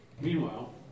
Meanwhile